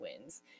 wins